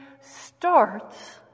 starts